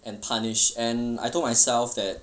and punish and I told myself that